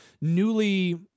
newly